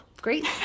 Great